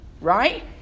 right